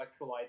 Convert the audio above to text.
electrolytes